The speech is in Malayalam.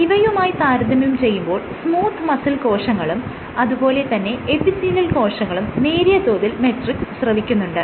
ഇവയുമായി താരതമ്യം ചെയ്യുമ്പോൾ സ്മൂത്ത് മസിൽ കോശങ്ങളും അതുപോലെ തന്നെ എപ്പിത്തീലിയൽ കോശങ്ങളും നേരിയ തോതിൽ മെട്രിക്സ് സ്രവിക്കുന്നുണ്ട്